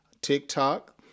TikTok